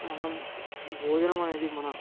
మనం భోజనం అనేది మన